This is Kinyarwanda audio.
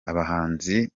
abahanzi